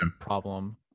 problem